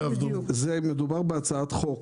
מדובר בהצעת חוק